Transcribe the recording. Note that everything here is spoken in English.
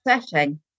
setting